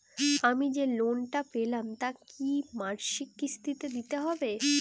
আমি যে লোন টা পেলাম তা কি মাসিক কিস্তি তে দিতে হবে?